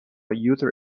user